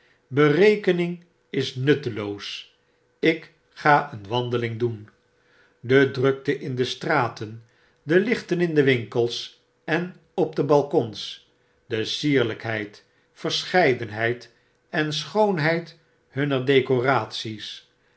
berekening is nutteloos ik ga een wandeling doen de drukte in de straten de lichten in de winkels en op de balkons de sierlykheid verscheidenheid en schoonheid hunner